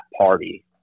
party